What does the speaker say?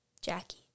Jackie